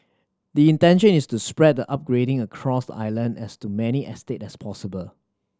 the intention is to spread the upgrading across the island as to many estates as possible